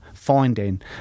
finding